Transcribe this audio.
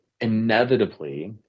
inevitably –